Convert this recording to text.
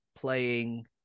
playing